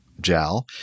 JAL